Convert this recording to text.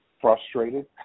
frustrated